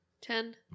Ten